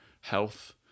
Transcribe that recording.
health